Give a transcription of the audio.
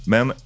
Men